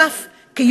ונוסף על כך,